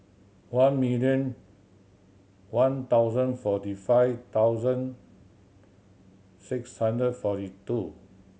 one million one thousand forty five thousand six hundred forty two